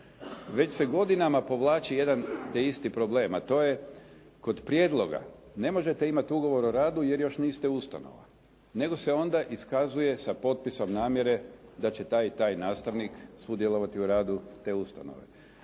Već se godinama povlači jedan te isti problem, a to je kod prijedloga, ne možete imati ugovor o radu jer još niste ustanova, nego se onda iskazuje sa potpisom namjere da će taj i taj nastavnik sudjelovati u radi te ustanove.